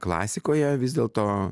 klasikoje vis dėl to